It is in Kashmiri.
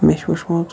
مےٚ چھُ وٕچھمُت